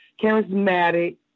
charismatic